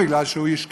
כי הוא איש קשיש,